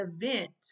event